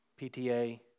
PTA